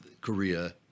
Korea